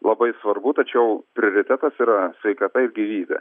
labai svarbu tačiau prioritetas yra sveikata ir gyvybė